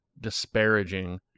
disparaging